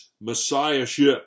Messiahship